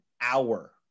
hour